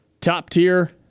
top-tier